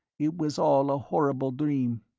it was all a horrible dream.